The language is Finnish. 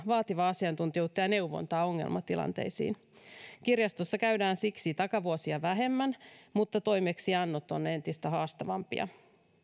vaativaa asiantuntijuutta ja neuvontaa ongelmatilanteisiin kirjastossa käydään siksi takavuosia vähemmän mutta toimeksiannot ovat entistä haastavampia